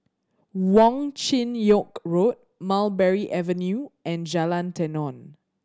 Wong Chin Yoke Road Mulberry Avenue and Jalan Tenon